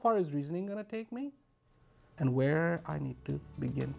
far is reasoning going to take me and where i need to begin